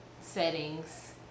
settings